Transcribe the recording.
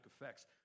effects